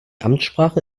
amtssprache